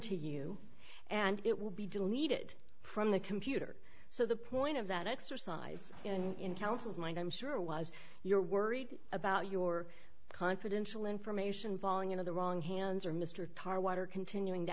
to you and it will be deleted from the computer so the point of that exercise and counsels mind i'm sure was you're worried about your confidential information falling into the wrong hands or mr power water continuing to